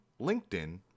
LinkedIn